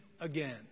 again